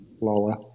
lower